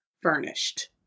furnished